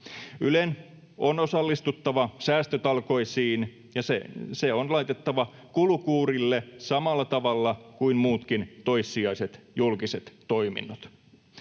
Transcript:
Ylen on osallistuttava säästötalkoisiin, ja se on laitettava kulukuurille samalla tavalla kuin muutkin toissijaiset julkiset toiminnot.